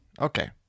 Okay